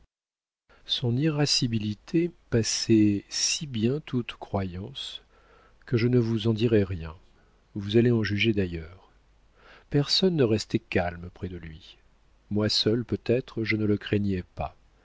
son irascibilité passait si bien toute croyance que je ne vous en dirai rien vous allez en juger d'ailleurs personne ne restait calme près de lui moi seul peut-être je ne le craignais pas